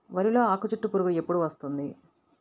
వరిలో ఆకుచుట్టు పురుగు ఎప్పుడు వస్తుంది?